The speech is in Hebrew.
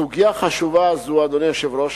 סוגיה חשובה זו, אדוני היושב-ראש,